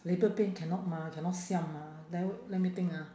labour pain cannot mah cannot siam mah then let me think ah